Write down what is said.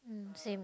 mm same